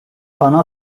bana